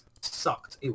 sucked